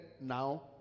now